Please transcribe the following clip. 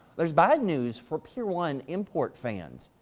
there's bad news for pier, one imports fans.